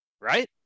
right